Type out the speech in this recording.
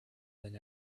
than